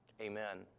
Amen